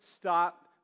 stop